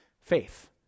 faith